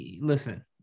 Listen